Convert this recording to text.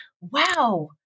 wow